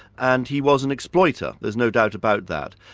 and he was an exploiter, there's no doubt about that.